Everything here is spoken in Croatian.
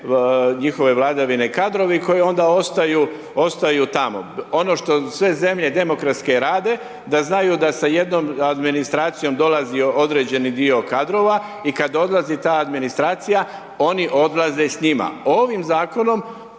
njihove vladavine kadrovi, koji onda ostaju tamo. Ono što sve zemlje demokratski rade, da znaju da sa jednom administracijom dolazi određeni dio kadrova i kada odlazi ta administracija, oni odlaze s njima. Ovim zakonom